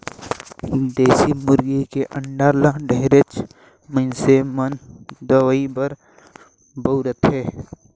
देसी मुरगी के अंडा ल ढेरेच मइनसे मन दवई बर बउरथे